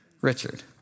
Richard